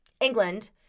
England